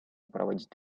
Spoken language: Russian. проводить